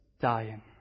dying